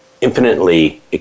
infinitely